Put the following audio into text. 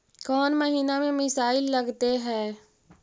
कौन महीना में मिसाइल लगते हैं?